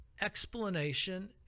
explanation